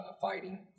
fighting